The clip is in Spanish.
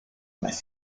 mes